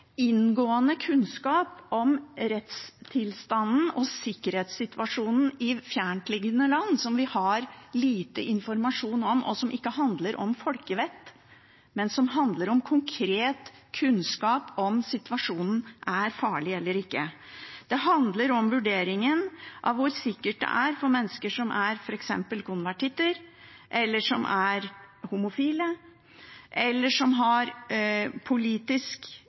inngående kunnskap om rettstilstanden og sikkerhetssituasjonen i fjerntliggende land som vi har lite informasjon om, og som ikke handler om folkevett, men om konkret kunnskap om situasjonen er farlig eller ikke. Det handler om vurderingen av hvor sikkert det er for mennesker som f.eks. er konvertitter, som er homofile, eller som har politisk